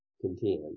contend